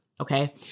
Okay